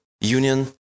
Union